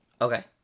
Okay